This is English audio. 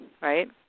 right